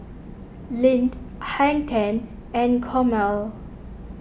Lindt Hang ten and Chomel